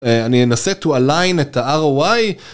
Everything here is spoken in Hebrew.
אני אנסה To Align את ה-RY